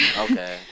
Okay